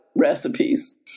recipes